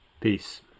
Peace